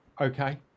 okay